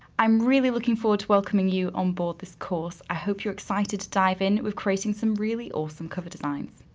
i'm really looking forward to welcoming you on board this course. i hope you're excited to dive in with creating some really awesome cover designs.